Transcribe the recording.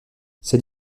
c’est